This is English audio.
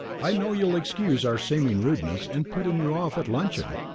i know you'll excuse our seeming rudeness in putting you off at luncheon.